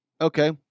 okay